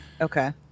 Okay